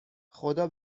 خدا